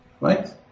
Right